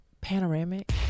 panoramic